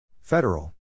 Federal